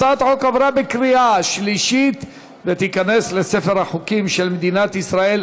הצעת החוק עברה בקריאה שלישית ותיכנס לספר החוקים של מדינת ישראל.